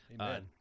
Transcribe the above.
Amen